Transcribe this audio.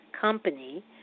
Company